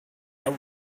out